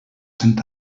sant